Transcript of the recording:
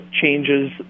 changes